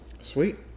Sweet